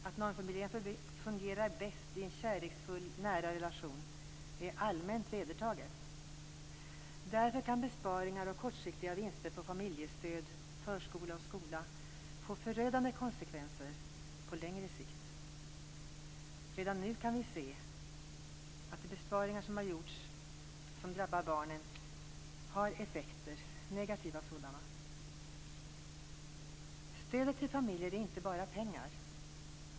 Att normförmedlingen fungerar bäst i en kärleksfull, nära relation är allmänt vedertaget. Därför kan besparingar och kortsiktiga vinster på familjestöd, förskola och skola få förödande konsekvenser på längre sikt. Redan nu kan vi se att de besparingar som har gjorts som drabbar barnen har negativa effekter. Stödet till familjerna gäller inte bara pengar.